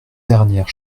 dernière